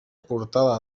portada